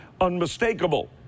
unmistakable